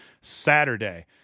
Saturday